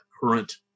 current